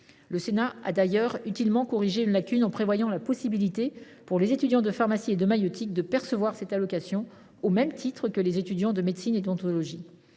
Le Sénat a d’ailleurs utilement corrigé une lacune, en prévoyant la possibilité pour les étudiants de pharmacie et de maïeutique de percevoir cette allocation au même titre que les étudiants de médecine et d’odontologie.